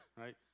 right